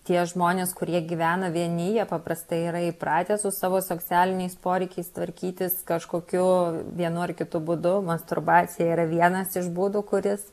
tie žmonės kurie gyvena vieni jie paprastai yra įpratę su savo socialiniais poreikiais tvarkytis kažkokiu vienu ar kitu būdu masturbacija yra vienas iš būdų kuris